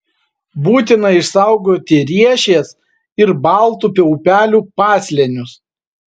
būtina išsaugoti riešės ir baltupio upelių paslėnius